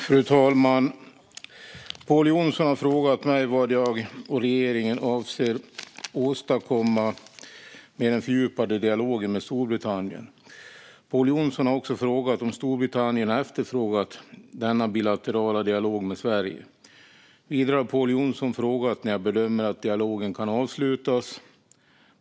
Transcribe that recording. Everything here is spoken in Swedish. Fru talman! Pål Jonson har frågat mig vad jag och regeringen avser att åstadkomma med den fördjupade dialogen med Storbritannien. Pål Jonson har också frågat om Storbritannien har efterfrågat denna bilaterala dialog med Sverige. Vidare har Pål Jonson frågat när jag bedömer att dialogen kan avslutas.